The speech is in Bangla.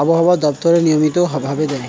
আবহাওয়া দপ্তর নিয়মিত ভাবে দেয়